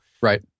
Right